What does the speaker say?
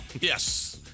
Yes